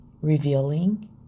revealing